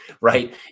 right